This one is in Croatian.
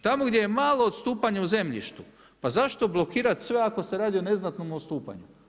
Tamo gdje je malo odstupanje u zemljištu, pa zašto blokirati sve ako se radi o neznatnom odstupanju.